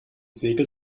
segel